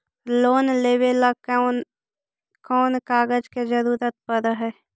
Loan लेबे ल कैन कौन कागज के जरुरत पड़ है?